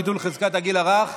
ביטול חזקת הגיל הרך),